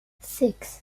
six